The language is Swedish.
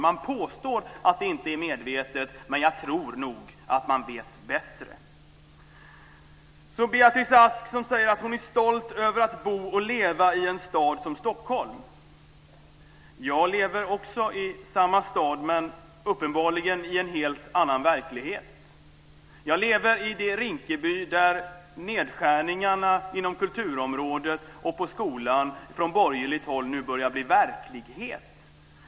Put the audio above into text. Man påstår att det inte är medvetet, men jag tror nog att man vet bättre. Beatrice Ask säger att hon är stolt över att bo och leva i en stad som Stockholm. Jag lever i samma stad men uppenbarligen i en helt annan verklighet. Jag lever i det Rinkeby där nedskärningarna inom kulturområdet och skolan från borgerligt håll nu börjar bli verklighet.